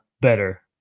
better